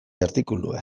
artikulua